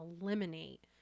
eliminate